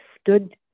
stood